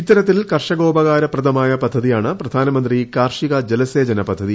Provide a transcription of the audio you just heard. ഇത്തരത്തിൽ കർഷകോപകാര പ്രദമായ പദ്ധതിയാണ് പ്രധാനമന്ത്രി കാർഷിക ജലസേചന പദ്ധതി